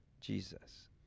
Jesus